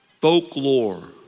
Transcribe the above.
Folklore